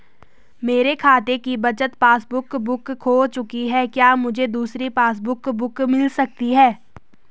मेरे खाते की बचत पासबुक बुक खो चुकी है क्या मुझे दूसरी पासबुक बुक मिल सकती है?